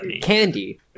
candy